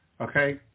Okay